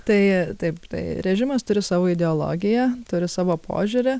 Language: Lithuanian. tai taip tai rėžimas turi savo ideologiją turi savo požiūrį